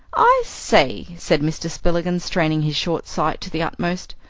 i say, said mr. spillikins, straining his short sight to the uttermost,